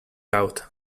out